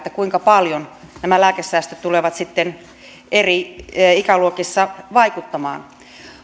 kuinka paljon nämä lääkesäästöt tulevat sitten eri ikäluokissa vaikuttamaan